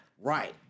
Right